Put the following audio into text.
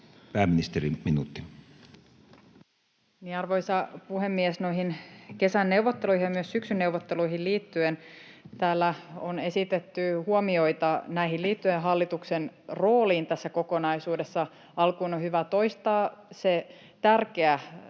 Content: Arvoisa puhemies! Noihin kesän neuvotteluihin ja myös syksyn neuvotteluihin liittyen täällä on esitetty huomioita hallituksen rooliin tässä kokonaisuudessa. Alkuun on hyvä toistaa se tärkeä